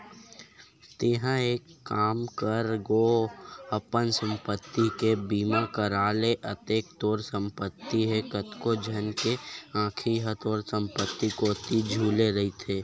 तेंहा एक काम कर गो अपन संपत्ति के बीमा करा ले अतेक तोर संपत्ति हे कतको झन के आंखी ह तोर संपत्ति कोती झुले रहिथे